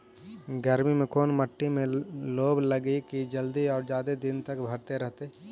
गर्मी में कोन मट्टी में लोबा लगियै कि जल्दी और जादे दिन तक भरतै रहतै?